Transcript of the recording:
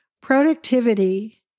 productivity